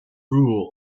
rule